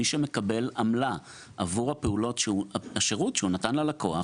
מי שמקבל עמלה עבור הפעולות והשירות שהוא נותן ללקוח